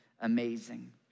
amazing